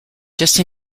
just